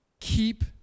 keep